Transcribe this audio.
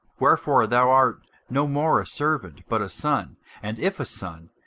wherefore thou art no more a servant, but a son and if a son,